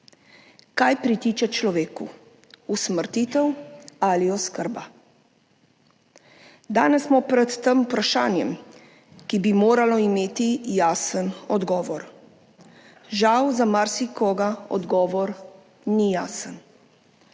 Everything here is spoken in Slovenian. Kaj pritiče človeku, usmrtitev ali oskrba? Danes smo pred tem vprašanjem, ki bi moralo imeti jasen odgovor. Žal za marsikoga odgovor ni jasen.